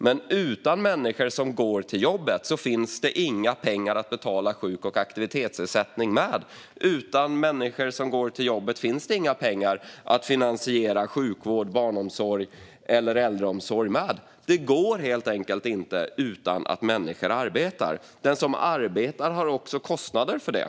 Men utan människor som går till jobbet finns det inga pengar att betala sjuk och aktivitetsersättning med. Utan människor som går till jobbet finns det heller inga pengar att finansiera sjukvård, barnomsorg och äldreomsorg med. Det går helt enkelt inte utan att människor arbetar. Den som arbetar har också kostnader för det.